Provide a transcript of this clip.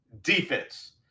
defense